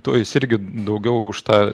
tuo jis irgi daugiau už tą